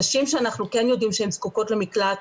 נשים שאנחנו כן יודעים שהן זקוקות למקלט,